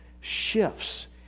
shifts